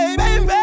baby